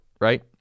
right